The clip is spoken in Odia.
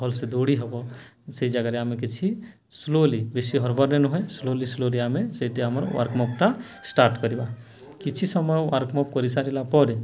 ଭଲସେ ଦୌଡ଼ି ହେବ ସେଇ ଜାଗାରେ ଆମେ କିଛି ସ୍ଲୋଲି ବେଶୀ ହରବରରେ ନୁହେଁ ସ୍ଲୋଲି ସ୍ଲୋଲି ଆମେ ସେଇଠି ଆମର ୱାର୍ମଅପ୍ଟା ଷ୍ଟାର୍ଟ୍ କରିବା କିଛି ସମୟ ୱାର୍ମଅପ୍ କରିସାରିଲା ପରେ